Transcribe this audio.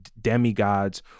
demigods